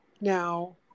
now